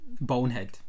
Bonehead